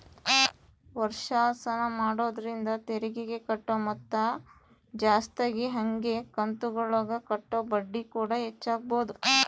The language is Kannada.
ವರ್ಷಾಶನ ಮಾಡೊದ್ರಿಂದ ತೆರಿಗೆಗೆ ಕಟ್ಟೊ ಮೊತ್ತ ಜಾಸ್ತಗಿ ಹಂಗೆ ಕಂತುಗುಳಗ ಕಟ್ಟೊ ಬಡ್ಡಿಕೂಡ ಹೆಚ್ಚಾಗಬೊದು